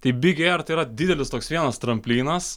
tai big ėr tai yra didelis toks vienas tramplynas